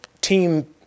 team